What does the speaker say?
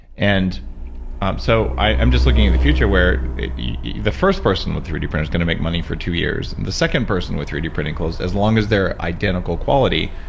and um so i'm just looking at the future where yeah the first person with three d printers is going to make money for two years the second person with three d printing clothes, as long as they're identical quality,